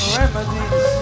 remedies